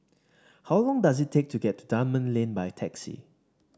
how long does it take to get to Dunman Lane by taxi